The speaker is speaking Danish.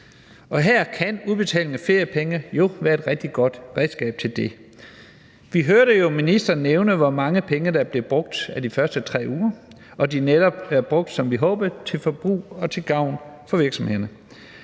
Og her kan udbetaling af feriepenge jo være et rigtig godt redskab til det. Vi hørte jo ministeren nævne, hvor mange penge der er blevet brugt af de første 3 uger, og at de netop er blevet brugt, som vi håbede, nemlig til forbrug og til gavn for virksomhederne.